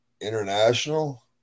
International